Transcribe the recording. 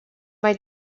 mae